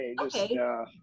Okay